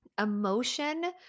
emotion